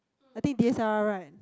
I think D_S_L_R right